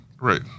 Right